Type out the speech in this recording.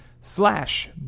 slash